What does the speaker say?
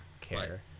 care